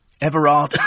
everard